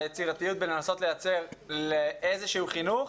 לגבי היצירתיות, לנסות לייצר איזשהו חינוך.